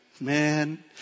Man